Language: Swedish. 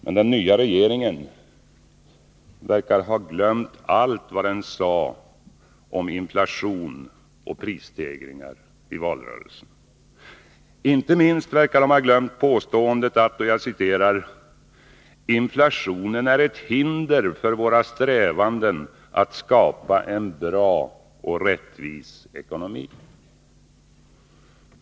Men den nya regeringen verkar ha glömt allt vad den sade i valrörelsen om inflation och prisstegringar. Inte minst verkar den ha glömt påståendet att ”inflationen är ett hinder för våra strävanden att skapa en bra och rättvis ekonomi”.